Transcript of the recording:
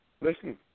listen